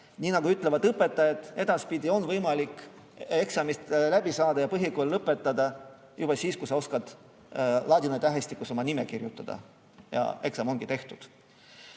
Nagu ütlevad õpetajad, edaspidi on võimalik eksamil läbi saada ja põhikool lõpetada juba siis, kui sa oskad ladina tähestikus oma nime kirjutada. Eksam ongi tehtud.